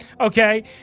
okay